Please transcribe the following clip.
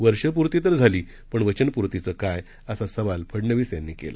वर्षप्र्ती तर झाली पण वचनप्र्तीच काय असा सवाल फडनवीस यांनी केला